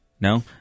no